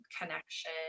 connection